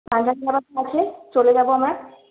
পাঞ্জবি ধাবাতে আছে চলে যাব আবার